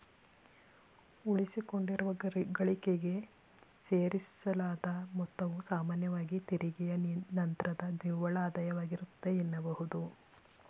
ಉಳಿಸಿಕೊಂಡಿರುವ ಗಳಿಕೆಗೆ ಸೇರಿಸಲಾದ ಮೊತ್ತವು ಸಾಮಾನ್ಯವಾಗಿ ತೆರಿಗೆಯ ನಂತ್ರದ ನಿವ್ವಳ ಆದಾಯವಾಗಿರುತ್ತೆ ಎನ್ನಬಹುದು